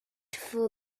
for